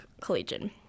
Collegian